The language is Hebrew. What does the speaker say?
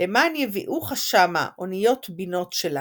”למען יביאוך שמה אניות־בינות שלנו,